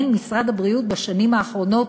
משרד הבריאות מימן בשנים האחרונות,